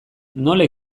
nola